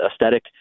aesthetic